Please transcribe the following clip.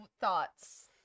Thoughts